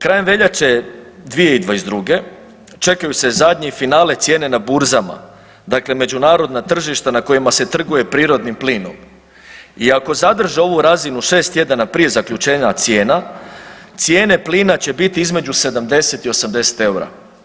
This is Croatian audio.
Krajem veljače 2022. čekaju se zadnji finale cijene na burzama, dakle međunarodna tržišta na kojima se trguje prirodnim plinom i ako zadrže ovu razinu 6 tjedana prije zaključenja cijena, cijene plina će biti između 70 i 80 eura.